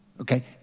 Okay